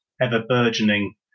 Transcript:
ever-burgeoning